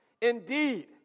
Indeed